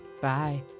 Bye